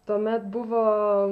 tuomet buvo